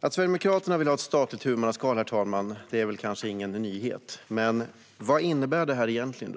Att Sverigedemokraterna vill ha ett statligt huvudmannaskap är kanske ingen nyhet, herr talman. Men vad innebär det egentligen?